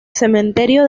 cementerio